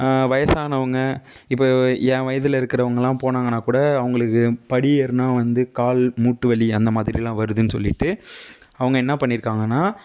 வயசானவங்க இப்போ என் வயதுலருக்குறவங்களான் போனாங்கன்னா கூட அவங்குளுக்கு படி ஏறுனா வந்து கால் மூட்டுவலி அந்தமாதிரிலான் வருதுன்னு சொல்லிவிட்டு அவங்க என்னா பண்ணியிருக்காங்கனா